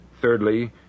Thirdly